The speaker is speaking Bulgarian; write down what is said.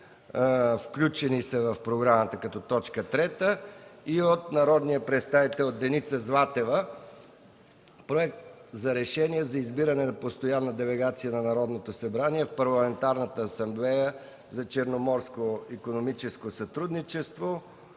Включени са в програмата като точка трета. Има и предложение от народния представители Деница Златева – Проект за решение за избиране на Постоянна делегация на Народното събрание в Парламентарната Асамблея за Черноморското икономическо сътрудничество,